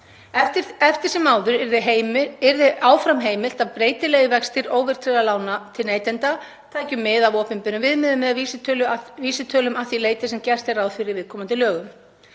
Eftir sem áður yrði áfram heimilt að breytilegir vextir óverðtryggðra lána til neytenda tækju mið af opinberum viðmiðum eða vísitölum að því leyti sem gert er ráð fyrir í viðkomandi lögum.